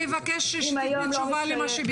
ואבקש שתתני תשובה למה שביקשתי.